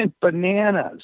bananas